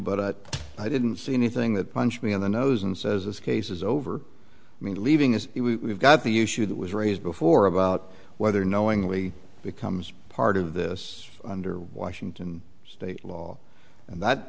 but i didn't see anything that punched me in the nose and says this case is over me leaving is we've got the issue that was raised before about whether knowingly becomes part of this under washington state law and that